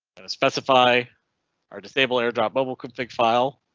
and specify or disable airdrop mobile config file.